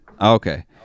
Okay